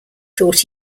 thought